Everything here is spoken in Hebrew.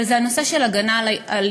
אבל זה הנושא של הגנה על ילדים.